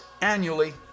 annually